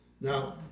Now